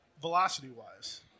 velocity-wise